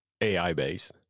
AI-based